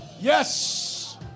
Yes